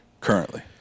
currently